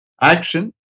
action